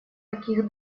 таких